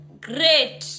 great